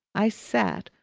i sat,